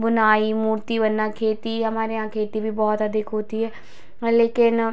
बुनाई मूर्ति बनना खेती हमारे यहाँ खेती भी बहुत अधिक होती है हाँ लेकिन